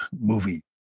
movie